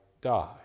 die